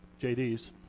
J.D.'s